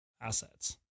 assets